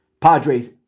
Padres